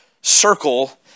circle